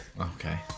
Okay